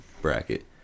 bracket